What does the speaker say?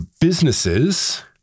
businesses